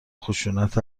خشونت